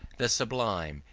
the sublime,